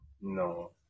No